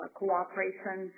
cooperation